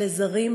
לסגנית לדבר.